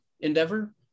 endeavor